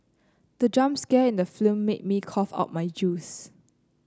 the jump scare in the film made me cough out my juice